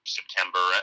September